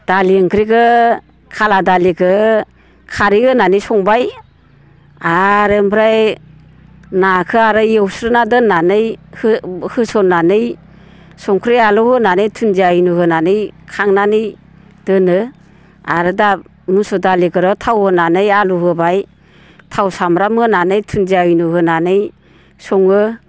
दालि ओंख्रिखौ खाला दालिखौ खारै होनानै संबाय आरो ओमफ्राय नाखौ आरो एवस्रोना दोननानै होसननानै संख्रि आलौ होनानै धुन्दिया इनु होनानै खांनानै दोनो आरो दा मुसुर दालिखौथ' थाव होनानै आलु होबाय थाव सामब्राम होनानै धुन्दिया इनु होनानै सङो